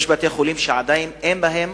יש בתי-חולים שעדיין אין בהם